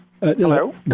Hello